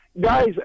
guys